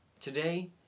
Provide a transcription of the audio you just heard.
Today